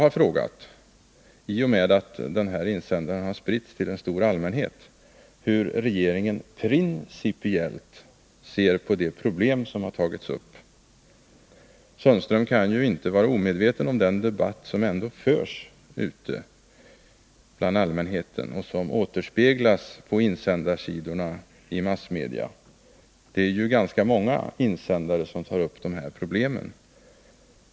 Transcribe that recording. Eftersom denna insändare har spritts till en stor allmänhet, har jag frågat hur regeringen principiellt ser på de problem som där tagits upp. Sten-Ove Sundström kan inte vara omedveten om den debatt som förs ute bland allmänheten och som återspeglas på insändarsidorna i massmedia. Det är ju ganska många insändare som tar upp de här problemen.